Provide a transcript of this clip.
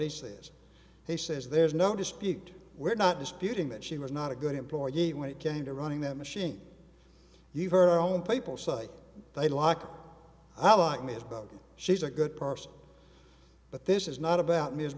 he says he says there's no dispute we're not disputing that she was not a good employee when it came to running that machine you heard our own people say they like i like me she's a good person but this is not about me